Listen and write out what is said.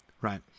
right